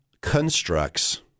constructs